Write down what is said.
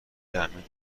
جمعی